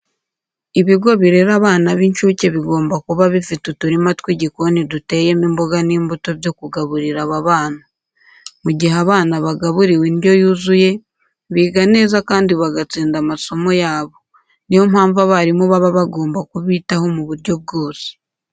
Ibigo birera abana b'incuke bigomba kuba bifite uturima tw'igikoni duteyemo imboga n'imbuto byo kugaburira aba bana. Mu gihe abana bagaburiwe indyo yuzuye, biga neza kandi bagatsinda amasomo yabo. Niyo mpamvu abarimu baba bagomba kubitaho mu buryo bwose.